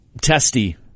testy